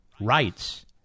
rights